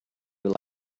will